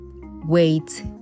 wait